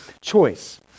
choice